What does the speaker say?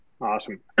Awesome